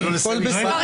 הכול בסדר.